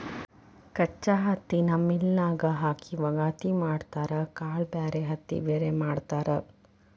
ಕಚ್ಚಾ ಹತ್ತಿನ ಮಿಲ್ ನ್ಯಾಗ ಹಾಕಿ ವಗಾತಿ ಮಾಡತಾರ ಕಾಳ ಬ್ಯಾರೆ ಹತ್ತಿ ಬ್ಯಾರೆ ಮಾಡ್ತಾರ